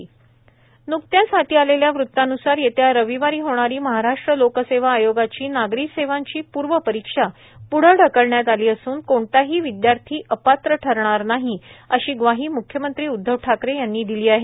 मुख्यमंत्री न्कत्याच हाती आलेल्या वृत्ता न्सार येत्या रविवारी होणारी महाराष्ट्र लोकसेवा आयोगाची नागरी सेवांची पूर्व परीक्षा पूढे ढकलण्यात आली असून कोणताही विद्यार्थी अपात्र ठरणार नाही अशी ग्वाही मुख्यमंत्री उद्धव ठाकरे यांनी दिली आहे